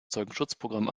zeugenschutzprogramm